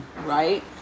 right